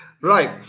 Right